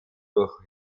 durch